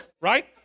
Right